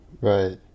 Right